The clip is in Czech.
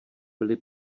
byli